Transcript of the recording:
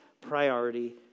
priority